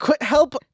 help